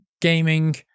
gaming